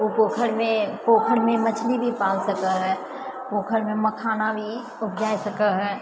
ओ पोखारिमे पोखरिमे मछली भी पाल सकै हइ पोखरिमे मखाना भी उपजाए सकए हइ